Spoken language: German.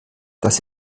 das